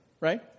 right